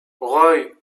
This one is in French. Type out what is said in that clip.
roy